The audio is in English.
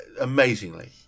amazingly